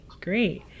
great